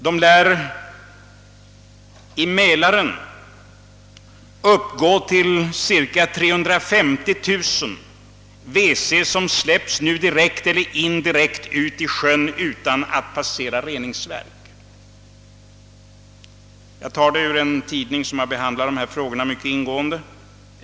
Det lär i Mälaren vara cirka 350 000 wc-utsläpp direkt eller indirekt utan att reningsverk passeras. Jag tar uppgiften ur en tidning som behandlat dessa frågor mycket ingående.